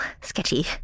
sketchy